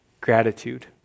gratitude